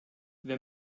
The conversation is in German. wer